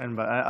אין בעיה.